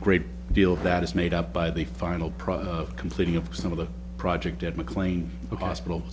great deal that is made up by the final product completing of some of the project at mclean hospital